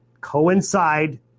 coincide